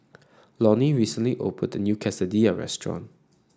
Lonie recently opened a new Quesadilla Restaurant